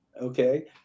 Okay